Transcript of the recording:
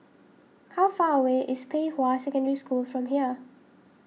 how far away is Pei Hwa Secondary School from here